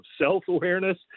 self-awareness